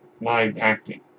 live-acting